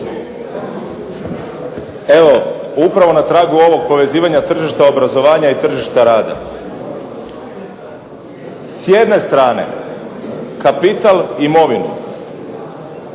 evo upravo na tragu ovog povezivanja tržišta obrazovanja i tržišta rada. S jedne strane kapital i imovinu